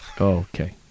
Okay